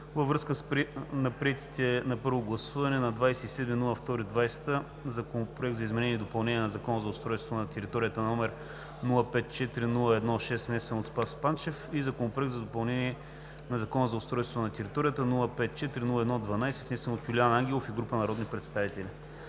във връзка с приетите на първо гласуване на 27 февруари 2020 г.: Законопроект за изменение и допълнение на Закона за устройство на територията, № 054-01-6, внесен от Спас Панчев, и Законопроект за допълнение на Закона за устройство на територията, 054-01-12, внесен от Юлиан Ангелов и група народни представители“.